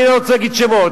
אני לא רוצה להגיד שמות.